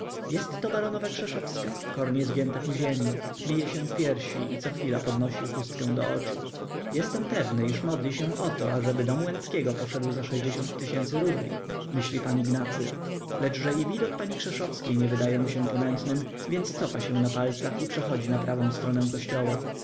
jestto baronowa krzeszowska kornie zgięta ku ziemi bije się w piersi i cochwila podnosi chustkę do oczu jestem pewny iż modli się o to ażeby dom łęckiego poszedł za rubli myśli pan ignacy lecz że i widok pani krzeszowskiej nie wydaje mu się ponętnym więc cofa się na palcach i przechodzi na prawą stronę kościoła